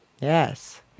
Yes